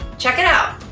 check it out.